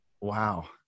wow